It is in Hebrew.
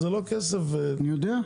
אבל זה לא כסף --- אני יודע,